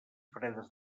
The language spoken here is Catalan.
fredes